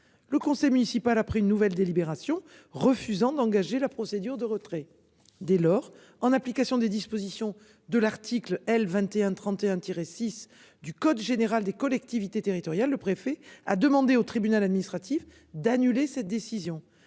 Le conseil municipal a pris une nouvelle délibération, refusant d'engager la procédure de retrait dès lors en application des dispositions de l'article L 21 31 tirer 6 du code général des collectivités territoriales le préfet a demandé au tribunal administratif d'annuler cette décision,